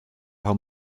how